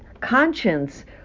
conscience